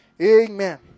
Amen